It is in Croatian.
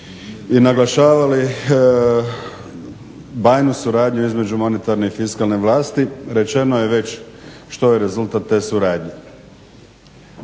i naglašavali, bajnu suradnju između monetarne i fiskalne vlasti. rečeno je već što je rezultat te suradnje.